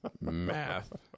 math